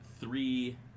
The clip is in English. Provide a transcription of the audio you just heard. three